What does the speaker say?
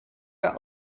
were